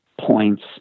points